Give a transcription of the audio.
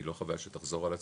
היא לא חוויה שתחזור על עצמה.